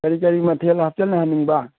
ꯀꯔꯤ ꯀꯔꯤ ꯃꯊꯦꯜ ꯍꯥꯞꯆꯟꯍꯟꯅꯤꯡꯕ